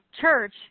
church